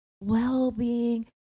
well-being